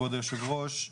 כבוד היושב-ראש,